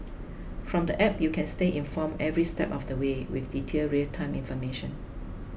from the app you can stay informed every step of the way with detailed real time information